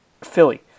Philly